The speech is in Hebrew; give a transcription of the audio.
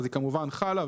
היא כמובן חלה.